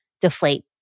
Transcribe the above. deflate